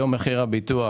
מחיר ביטוח